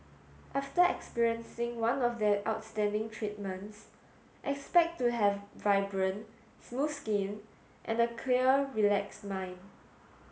after experiencing one of their outstanding treatments expect to have vibrant smooth skin and a clear relaxed mind